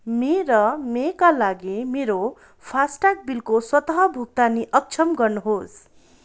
मे र मेका लागि मेरो फासट्याग बिलको स्वत भुक्तानी अक्षम गर्नुहोस्